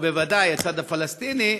ובוודאי עם הצד הפלסטיני,